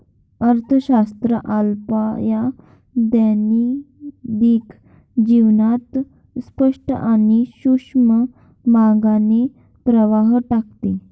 अर्थशास्त्र आपल्या दैनंदिन जीवनावर स्पष्ट आणि सूक्ष्म मार्गाने प्रभाव टाकते